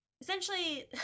Essentially